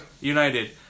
United